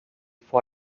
vor